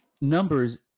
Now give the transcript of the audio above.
numbers